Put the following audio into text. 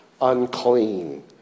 unclean